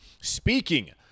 speaking